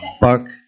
buck